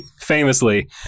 famously